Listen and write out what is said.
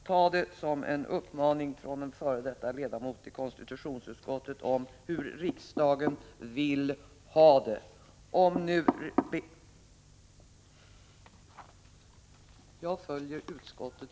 Ta detta som en uppmaning från en före detta ledamot i konstitutionsutskottet om hur riksdagen vill ha det!